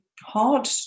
hard